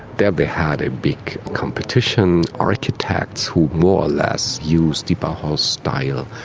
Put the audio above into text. there they had a big competition, architects who more or less used the bauhaus style,